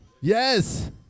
Yes